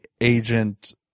agent